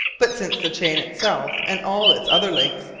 but since the chain itself and all its other links,